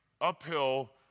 uphill